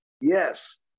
Yes